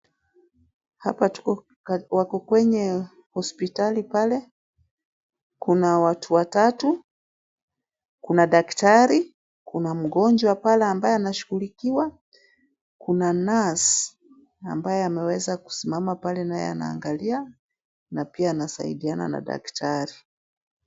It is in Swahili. Hapa wako kwenye hospitali pale kuna watu watatu, kuna daktari, kuna mgonjwa pale ambaye anashugulikiwa, kuna nurse ambaye ameweza kusimama pale naye anaangalia na pia anasaidiana na daktari.